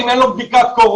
אם אין לו בדיקת קורונה.